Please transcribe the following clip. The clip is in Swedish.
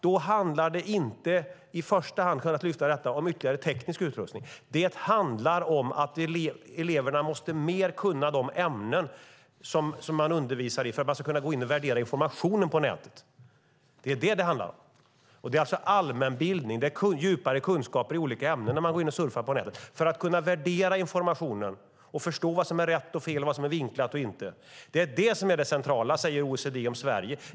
Det handlar inte i första hand om ytterligare teknisk utrustning, utan det handlar om att eleverna måste kunna mer i de ämnen som de undervisas i för att kunna gå in och värdera informationen på nätet. Det är det som det handlar om. Det behövs alltså allmänbildning, djupare kunskaper i olika ämnen, när man surfar på nätet för att kunna värdera informationen och förstå vad som är rätt och fel och vad som är vinklat och inte. Det är det som är det centrala, säger OECD om Sverige.